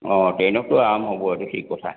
অ' ট্ৰেইনতটো আৰাম হ'ব সেইটো ঠিক কথা